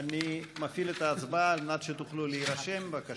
אני מפעיל את ההצבעה כדי שתוכלו להירשם, בבקשה.